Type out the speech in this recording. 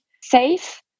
safe